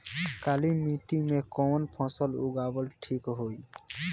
काली मिट्टी में कवन फसल उगावल ठीक होई?